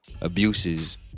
abuses